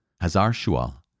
Hazar-Shual